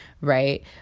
right